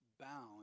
bound